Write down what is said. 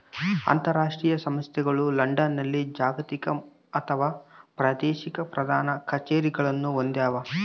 ಅಂತರಾಷ್ಟ್ರೀಯ ಸಂಸ್ಥೆಗಳು ಲಂಡನ್ನಲ್ಲಿ ಜಾಗತಿಕ ಅಥವಾ ಪ್ರಾದೇಶಿಕ ಪ್ರಧಾನ ಕಛೇರಿಗಳನ್ನು ಹೊಂದ್ಯಾವ